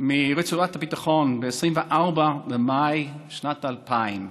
מרצועת הביטחון, ב-24 במאי שנת 2000,